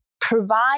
provide